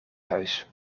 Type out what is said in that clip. huis